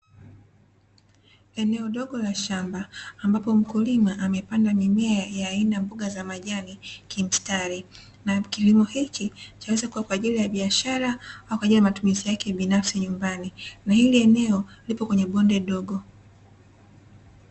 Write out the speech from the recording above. Eneo dogo la shamba, ambapo mkulima amepanda mimea ya aina ya mboga za majani kimstari, na kilimo hiki chaweza kuwa kwaajili ya biashara au kwaajili ya matumizi yake binafsi nyumbani na hili eneo lipo kwenye bonde dogo.